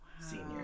Senior